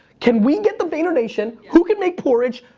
can we get the vayner nation, who can make porridge?